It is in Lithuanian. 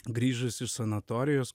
grįžus iš sanatorijos